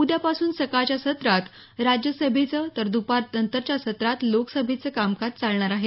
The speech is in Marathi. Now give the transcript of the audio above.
उद्यापासून सकाळच्या सत्रात राज्यसभेचं तर दपारनंतरच्या सत्रात लोकसभेचं कामकाज चालणार आहे